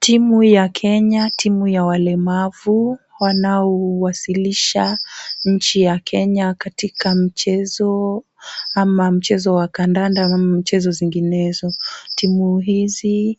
Timu ya Kenya, timu ya walemavu wanaowasilisha nchi ya Kenya katika mchezo ama mchezo wa kandanda ama michezo zinginezo, timu hizi